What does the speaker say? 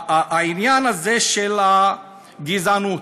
העניין הזה, של הגזענות,